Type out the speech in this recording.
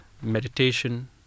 meditation